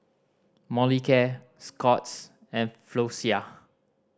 Molicare Scott's and Floxia